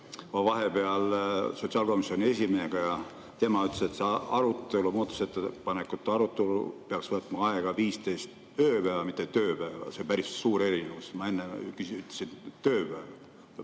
vahepeal sotsiaalkomisjoni esimehega ja tema ütles, et see muudatusettepanekute arutelu peaks võtma aega 15 ööpäeva, mitte tööpäeva. See päris suur erinevus. Ma enne küsisin ja